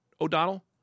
O'Donnell